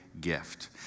gift